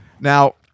Now